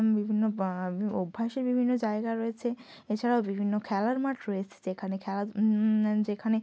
বিভিন্ন বা আমি অভ্যাসের বিভিন্ন জায়গা রয়েছে এছাড়াও বিভিন্ন খেলার মাঠ রয়েছে যেখানে খেলাধু যেখানে